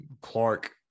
Clark